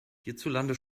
hierzulande